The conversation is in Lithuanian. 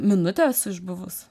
minutę esu išbuvus